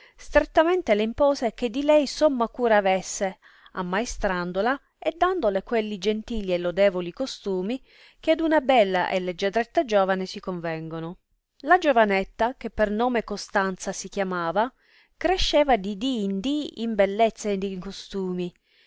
strettamente le impose che di lei somma cura avesse ammaestrandola e dandole quelli gentili e lodetoli costumi che ad una bella e leggiadretta giovane si convengono la giovinetta che per nome costanza si chiamava cresceva di dì in dì in bellezze ed in costumi